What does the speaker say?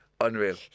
unreal